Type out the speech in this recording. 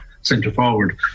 centre-forward